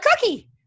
cookie